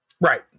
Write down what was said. right